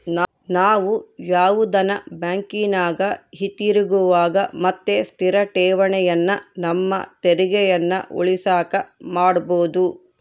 ನಾವು ಯಾವುದನ ಬ್ಯಾಂಕಿನಗ ಹಿತಿರುಗುವ ಮತ್ತೆ ಸ್ಥಿರ ಠೇವಣಿಯನ್ನ ನಮ್ಮ ತೆರಿಗೆಯನ್ನ ಉಳಿಸಕ ಮಾಡಬೊದು